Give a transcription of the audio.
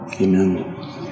Amen